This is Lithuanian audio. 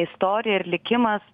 istorija ir likimas